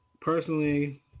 personally